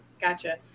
Gotcha